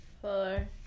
four